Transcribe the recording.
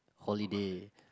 holiday